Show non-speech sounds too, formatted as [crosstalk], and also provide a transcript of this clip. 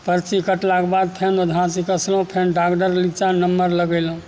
पर्ची कटलाके बाद फेन [unintelligible] कसलहुँ फेन डॉक्टर नीचा नंबर लगेलहुँ